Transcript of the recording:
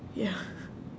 ya